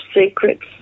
secrets